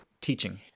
teaching